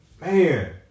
man